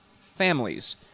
families